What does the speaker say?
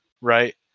right